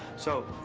so,